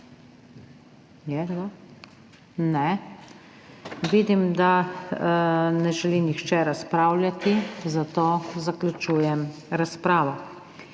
Je kdo? Ne. Vidim, da ne želi nihče razpravljati, zato zaključujem razpravo.